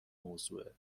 موضوعه